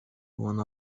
one